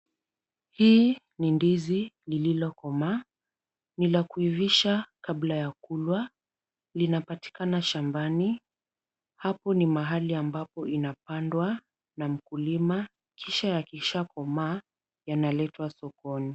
Hii ni ndizi lililokomaa, ni la kuivisha kabla ya kulwa, linapatikana shambani, hapo ni mahali ambapo inapandwa na mkulima, kisha yakishakomaa yanaletwa sokoni.